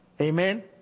amen